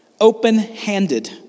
open-handed